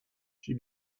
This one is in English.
she